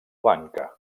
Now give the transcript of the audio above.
banca